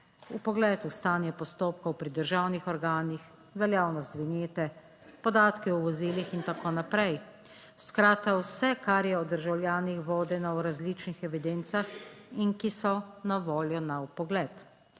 vpogled v stanje postopkov pri državnih organih, veljavnost vinjete, podatke o vozilih in tako naprej. Skratka vse, kar je o državljanih vodeno v različnih evidencah in ki so na voljo na vpogled.